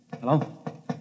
Hello